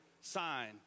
sign